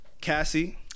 Cassie